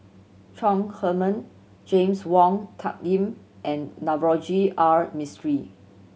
Chong Heman James Wong Tuck Yim and Navroji R Mistri